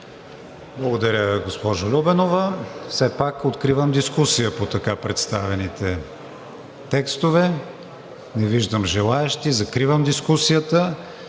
Благодаря, госпожо Любенова. Все пак откривам дискусия по така представените текстове. Не виждам желаещи. Закривам дискусията.